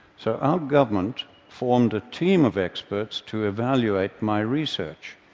so our government formed a team of experts to evaluate my research.